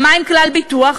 ומה עם "כלל ביטוח"?